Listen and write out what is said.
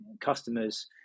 customers